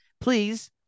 please